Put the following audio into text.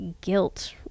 guilt